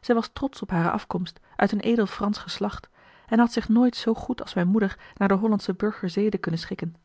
zij was trotsch op hare afkomst uit een edel fransch geslacht en had zich nooit zoo goed als mijne moeder naar de hollandsche burgerzeden kunnen schikken